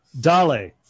Dale